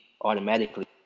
automatically